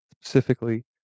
Specifically